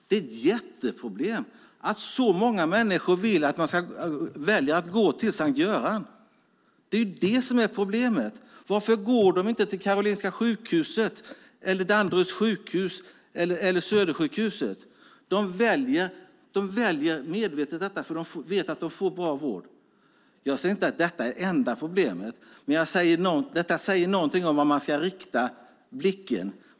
Det är ett jätteproblem att så många människor väljer att gå till S:t Görans sjukhus. Det är det som är problemet. Varför går de inte till Karolinska Universitetssjukhuset, till Danderyds sjukhus eller till Södersjukhuset? De väljer medvetet detta för att de vet att de får bra vård. Jag säger inte att detta är det enda problemet, men detta säger någonting om vart man ska rikta blicken.